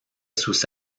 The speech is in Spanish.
sus